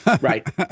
right